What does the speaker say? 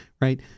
right